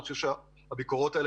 אני חושב שהביקורות הללו